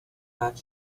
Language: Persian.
قطع